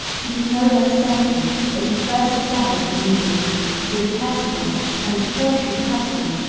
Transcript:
it is no less certain that he first established in england the detestable and atrocious custom,